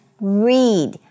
read